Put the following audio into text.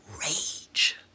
rage